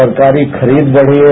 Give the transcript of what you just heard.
सरकारी खरीद बढ़ी है